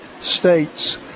states